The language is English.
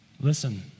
Listen